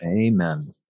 Amen